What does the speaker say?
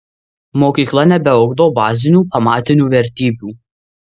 mokykla nebeugdo bazinių pamatinių vertybių